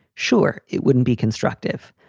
sure, it wouldn't be constructive.